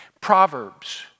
Proverbs